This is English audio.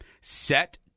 Set